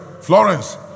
Florence